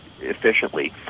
efficiently